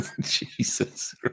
Jesus